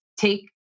take